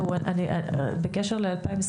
בקשר ל-2021,